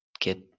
get